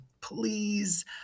Please